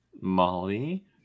Molly